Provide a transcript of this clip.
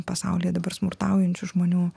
pasaulyje dabar smurtaujančių žmonių